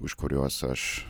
už kuriuos aš